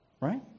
Right